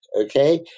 Okay